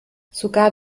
sogar